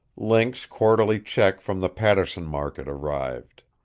link's quarterly check from the paterson market arrived.